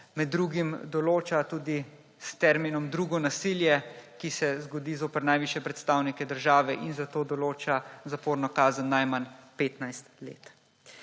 med drugim določa tudi termin »drugo nasilje, ki se zgodi zoper najvišje predstavnike države« in za to določa zaporno kazen najmanj 15 let.